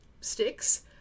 sticks